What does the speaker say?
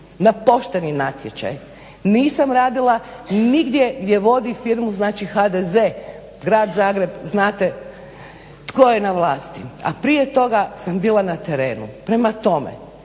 na pošteni natječaj. Nisam radila nigdje gdje vodi firmu znači HDZ. Grad Zagreb znate tko je na vlasti, a prije toga sam bila na terenu. Prema tome,